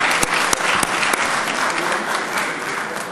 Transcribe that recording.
(מחיאות כפיים)